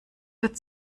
wird